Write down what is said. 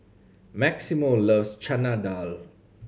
Maximo loves Chana Dal